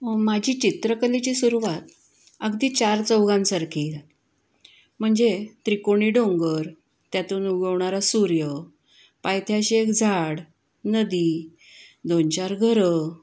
माझी चित्रकलेची सुरुवात अगदी चार चौघांसारखी झा म्हणजे त्रिकोणी डोंगर त्यातून उगवणारा सूर्य पायथ्याशी एक झाड नदी दोन चार घरं